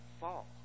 fall